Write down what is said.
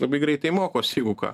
labai greitai mokos jeigu ką